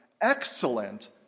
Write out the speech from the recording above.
excellent